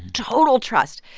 total trust.